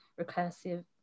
Recursive